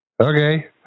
okay